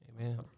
Amen